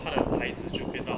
他的孩子就变到 orh